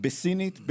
בסינית,